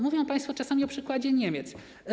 Mówią państwo czasami o przykładzie Niemiec.